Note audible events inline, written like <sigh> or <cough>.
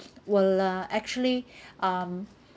well uh actually <breath> um